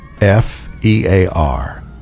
F-E-A-R